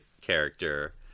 character